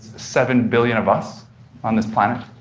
seven billion of us on this planet?